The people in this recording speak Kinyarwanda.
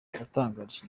yatangarije